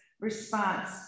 response